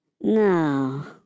No